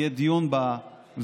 יהיה דיון בוועדה,